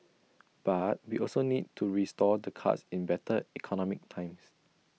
but we also need to restore the cuts in better economic times